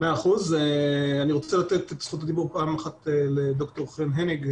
אני רוצה לתת את זכות הדיבור לד"ר חן הניג,